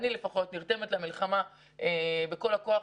אני לפחות נרתמת למלחמה בכל הכוח,